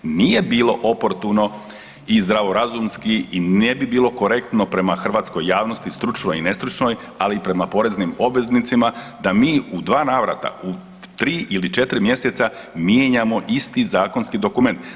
Nije bilo oportuno i zdravorazumski i ne bi bilo korektno prema hrvatskoj javnosti, stručnoj i nestručnoj, ali i prema poreznim obveznicima da mi u dva navrata u 3 ili 4 mjeseca mijenjamo isti zakonski dokument.